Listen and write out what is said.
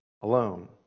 alone